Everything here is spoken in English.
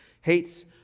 hates